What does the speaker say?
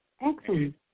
Excellent